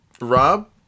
Rob